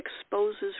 exposes